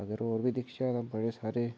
अगर होर बी दिखचै ते बड़े सारे